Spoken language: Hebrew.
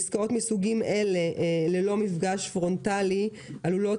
בעסקאות מסוגים אלה ללא מפגש פרונטלי עלולות